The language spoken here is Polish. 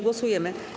Głosujemy.